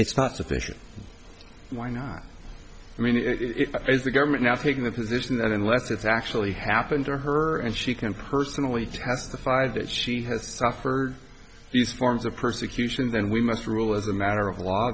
it's not sufficient why not i mean it is the government now taking the position that unless it's actually happened to her and she can personally testify that she has suffered these forms of persecution then we must rule as a matter of law